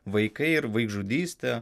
vaikai ir vaikžudystė